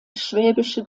schwäbische